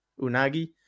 Unagi